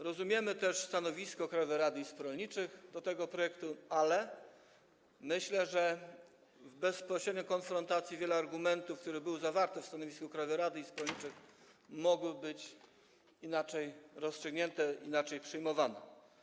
Rozumiemy też stanowisko Krajowej Rady Izb Rolniczych odnośnie do tego projektu, ale myślę, że w bezpośredniej konfrontacji wiele argumentów, które były zawarte w stanowisku Krajowej Rady Izb Rolniczych, mogły być inaczej rozstrzygnięte, inaczej przyjmowane.